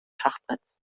schachbretts